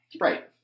Right